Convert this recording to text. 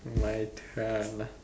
my turn